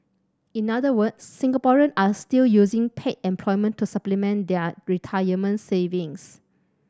in other words Singaporeans are still using paid employment to supplement their retirement savings